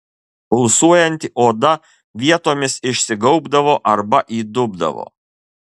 pulsuojanti oda vietomis išsigaubdavo arba įdubdavo